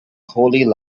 holy